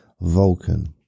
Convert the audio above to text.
Vulcan